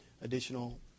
additional